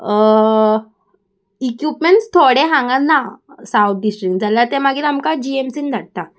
equipments थोडें हांगा ना सावथ डिस्ट्रीक जाल्यार तें मागीर आमकां जीएमसीन धाडटा